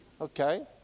Okay